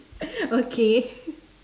okay